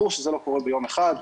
ברור שזה לא קורה ביום אחד,